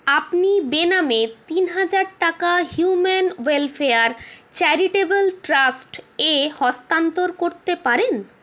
আপনি বেনামে তিন হাজার টাকা হিউম্যান ওয়েলফেয়ার চ্যারিটেবল ট্রাস্ট এ হস্তান্তর করতে পারেন